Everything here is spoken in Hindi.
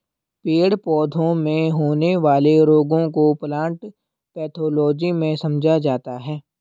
पेड़ पौधों में होने वाले रोगों को प्लांट पैथोलॉजी में समझा जाता है